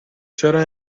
چرا